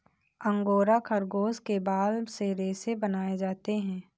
angora खरगोश के बाल से रेशे बनाए जाते हैं